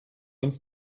uns